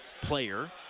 player